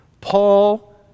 Paul